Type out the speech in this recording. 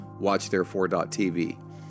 watchtherefore.tv